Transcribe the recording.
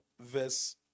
verse